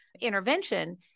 intervention